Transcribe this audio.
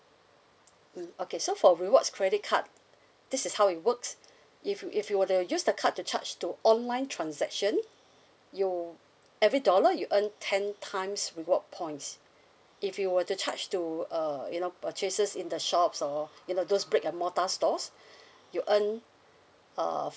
mm okay so for rewards credit card this is how it works if you if you were to use the card to charge to online transaction you every dollar you earn ten times reward points if you were to charge to err you know purchases in the shops or you know those brick and mortar stores you earn err